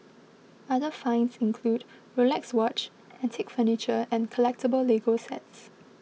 other finds include Rolex watch antique furniture and collectable Lego sets